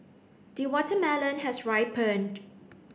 the watermelon has ripened